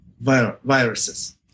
viruses